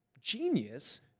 genius